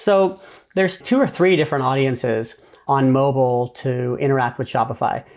so there's two or three different audiences on mobile to interact with shopify.